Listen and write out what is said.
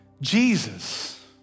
Jesus